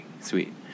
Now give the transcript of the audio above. sweet